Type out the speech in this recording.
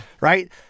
Right